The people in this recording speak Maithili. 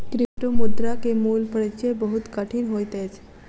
क्रिप्टोमुद्रा के मूल परिचय बहुत कठिन होइत अछि